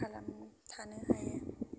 खालाम थानो हाया